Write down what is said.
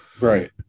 right